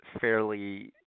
fairly